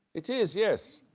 it is, yes.